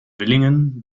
villingen